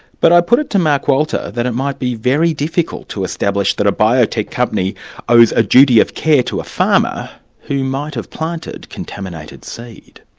but i put it to mark walter that it might be very difficult to establish that a biotech company owes a duty of care to a farmer who might have planted contaminated seed.